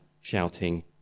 shouting